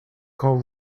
qu’en